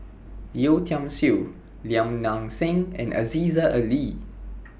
Yeo Tiam Siew Lim Nang Seng and Aziza Ali